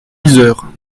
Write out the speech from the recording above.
yzeure